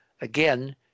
again